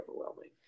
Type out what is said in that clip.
overwhelming